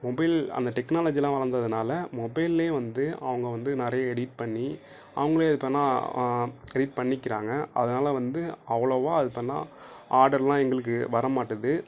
mobile அந்த டெக்னாலஜிலாம் வளர்ந்ததுனால மொபைல்லேயே வந்து அவங்க வந்து நிறைய எடிட் பண்ணி அவங்களே அது இப்பலாம் எடிட் பண்ணிக்கிறாங்க அதனால வந்து அவ்வளோவா அது இப்பலாம் ஆர்டர்லாம் எங்களுக்கு வர மாட்டேது